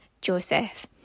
Joseph